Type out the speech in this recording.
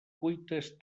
cuites